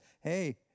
hey